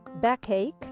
backache